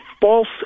false